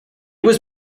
was